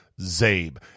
ZABE